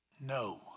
No